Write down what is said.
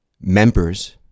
members